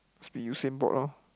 must be Usain-Bolt loh